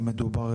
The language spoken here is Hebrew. אם מדובר,